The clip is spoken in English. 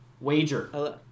Wager